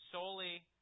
solely